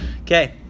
Okay